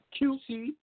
QC